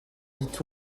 dit